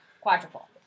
Quadruple